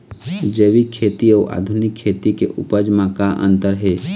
जैविक खेती अउ आधुनिक खेती के उपज म का अंतर हे?